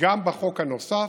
גם בחוק הנוסף.